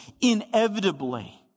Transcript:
inevitably